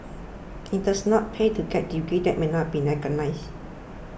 it does not pay to get degrees that may not be recognised